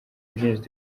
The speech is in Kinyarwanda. byinshi